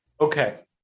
Okay